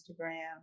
Instagram